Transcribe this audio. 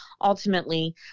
Ultimately